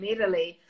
Italy